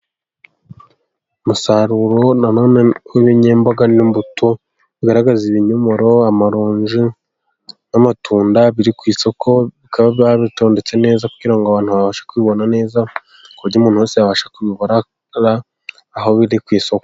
Umusaruro nanone w'ibinnyemboga n'imbuto bigaragaza ibinyomoro, amaronji n'amatunda, biri ku isoko bikaba bitondetse neza, kugira ngo abantu babashe kubibona neza, ku buryo umuntu wese yabasha kubigura aho biri ku isoko.